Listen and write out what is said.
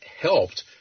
helped